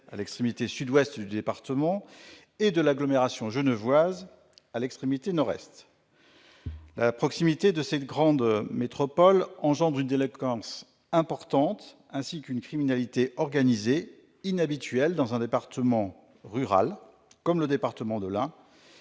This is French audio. à l'extrémité sud-ouest du département, et de l'agglomération genevoise, à l'extrémité nord-est. La proximité de ces deux grandes métropoles entraîne une délinquance importante ainsi qu'une criminalité organisée inhabituelle pour un département rural comme l'Ain,